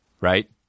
Right